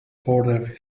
border